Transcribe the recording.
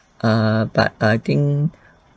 err but I think